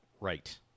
Right